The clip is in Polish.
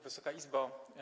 Wysoka Izbo!